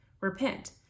Repent